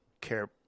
care